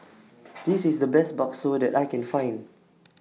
This IS The Best Bakso that I Can Find